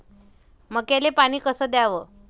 मक्याले पानी कस द्याव?